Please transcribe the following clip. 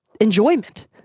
enjoyment